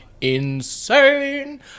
insane